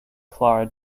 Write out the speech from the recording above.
clara